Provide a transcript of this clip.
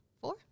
four